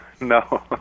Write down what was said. No